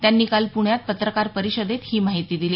त्यांनी काल पुण्यात पत्रकार परिषदेत ही माहिती दिली